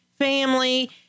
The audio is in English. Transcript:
family